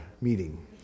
meeting